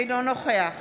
אינו נוכח